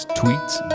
tweets